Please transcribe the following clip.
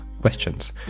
questions